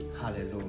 Hallelujah